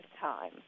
Time